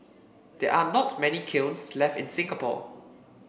there are not many kilns left in Singapore